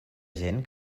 gent